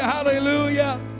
Hallelujah